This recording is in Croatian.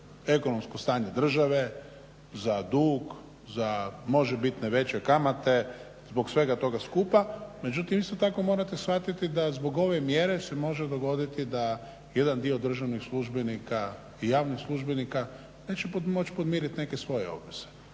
ekonomsko stanje države, za dug, za možebitne veće kamate zbog svega toga skupa međutim isto tako morate shvatiti da zbog ove mjere se može dogoditi da jedan dio državnih službenika i javnih službenika neće moći podmiriti neke svoje obveze